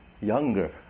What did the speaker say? younger